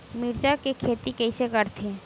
मिरचा के खेती कइसे करथे?